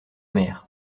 mer